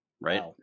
right